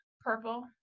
Purple